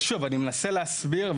שוב, אני מנסה להסביר.